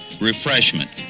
refreshment